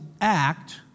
act